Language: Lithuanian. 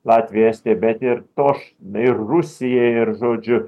latvija estija bet ir toš ir rusija ir žodžiu